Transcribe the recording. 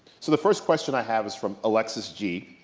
so the first question i have is from alexis g.